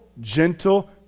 gentle